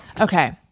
Okay